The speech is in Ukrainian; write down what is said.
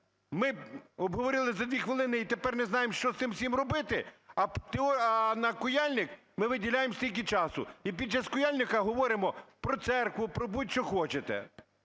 ми обговорили, за дві хвилини, і тепер не знаємо, що з цим всім робити, а на Куяльник ми виділяємо стільки часу. І під час Куяльника говоримо про церкву, про будь-що хочете.